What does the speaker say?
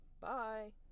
Bye